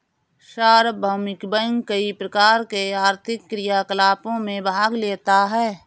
सार्वभौमिक बैंक कई प्रकार के आर्थिक क्रियाकलापों में भाग लेता है